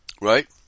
Right